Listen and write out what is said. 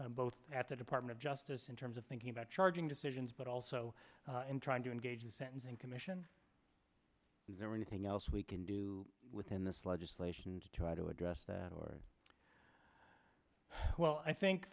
both at the department of justice in terms of thinking about charging decisions but also in trying to engage in sentencing commission is there anything else we can do within this legislation to try to address that or well i think